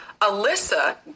Alyssa